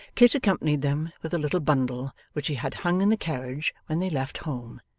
kit accompanied them with a little bundle, which he had hung in the carriage when they left home,